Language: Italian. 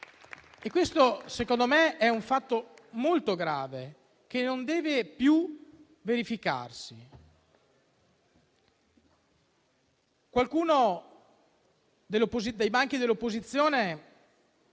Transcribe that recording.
Questo - secondo me - è un fatto molto grave che non deve più verificarsi. Qualcuno, dai banchi dell'opposizione,